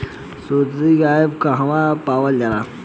सुरती गाय कहवा पावल जाला?